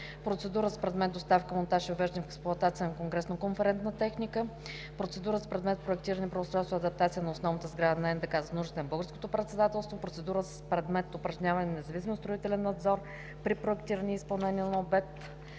Процедура с предмет „Доставка, монтаж и въвеждане в експлоатация на конгресно-конферентна техника; - Процедура с предмет „Проектиране, преустройство и адаптация на основната сграда на НДК за нуждите на Българското председателство“; - Процедура с предмет „Упражняване на независим строителен надзор при проектирането и изпълнението на обект